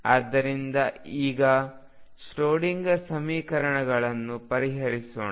ಆದ್ದರಿಂದ ಈಗ ಶ್ರೋಡಿಂಗರ್ ಸಮೀಕರಣಗಳನ್ನು ಪರಿಹರಿಸೋಣ